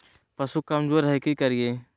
पशु कमज़ोर है कि करिये?